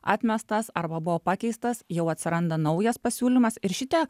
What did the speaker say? atmestas arba buvo pakeistas jau atsiranda naujas pasiūlymas ir šitie